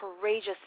courageous